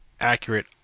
accurate